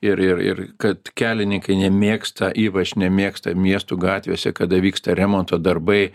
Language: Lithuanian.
ir ir ir kad kelininkai nemėgsta ypač nemėgsta miestų gatvėse kada vyksta remonto darbai